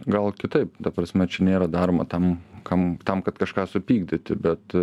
gal kitaip ta prasme čia nėra daroma tam kam tam kad kažką supykdyti bet